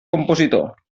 compositor